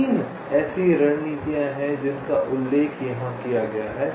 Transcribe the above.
3 ऐसी रणनीतियाँ हैं जिनका उल्लेख यहाँ किया गया है